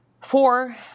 four